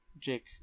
Jake